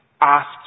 Asked